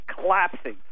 collapsing